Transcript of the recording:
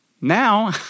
Now